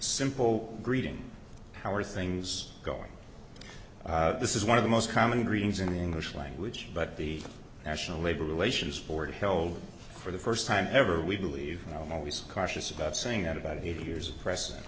simple greeting how are things going this is one of the most common greetings in the english language but the national labor relations board held for the first time ever we believe always cautious about saying that about eight years president